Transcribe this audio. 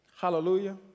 Hallelujah